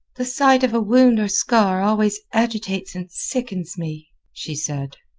the sight of a wound or scar always agitates and sickens me, she said.